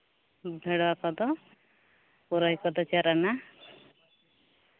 ᱵᱷᱮᱲᱣᱟᱹ ᱠᱚᱫᱚ ᱯᱩᱨᱟᱹᱭ ᱠᱚᱫᱚ ᱪᱟᱨ ᱟᱱᱟ